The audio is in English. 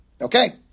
Okay